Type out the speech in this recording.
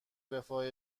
رفاه